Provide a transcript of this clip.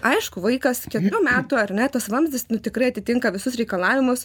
aišku vaikas keturių metų ar ne tas vamzdis nu tikrai atitinka visus reikalavimus